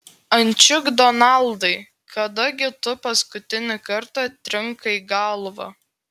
ančiuk donaldai kada gi tu paskutinį kartą trinkai galvą